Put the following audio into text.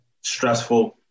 stressful